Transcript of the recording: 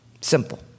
Simple